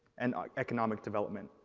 and economic development,